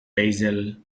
basil